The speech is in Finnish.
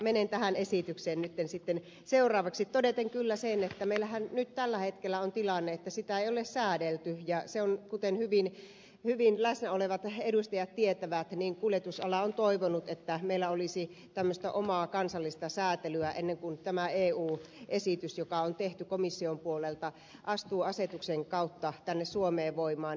menen tähän esitykseen nyt sitten seuraavaksi todeten kyllä sen että meillähän on tällä hetkellä se tilanne että sitä ei ole säädelty ja kuten hyvin läsnä olevat edustajat tietävät kuljetusala on toivonut että meillä olisi tämmöistä omaa kansallista säätelyä ennen kuin tämä eu esitys joka on tehty komission puolelta astuu asetuksen kautta tänne suomeen voimaan